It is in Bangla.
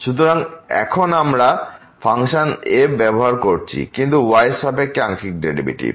সুতরাং এখন আমরা ফাংশন f ব্যবহার করছি কিন্তু y এর সাপেক্ষে আংশিক ডেরিভেটিভ